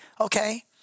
okay